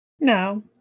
No